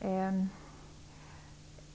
Det är